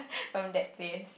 from that face